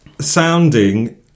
sounding